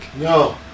No